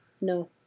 No